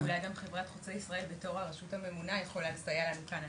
אולי גם חברת חוצה ישראל בתור הרשות הממונה יכולה לסייע לנו כאן,